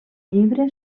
llibre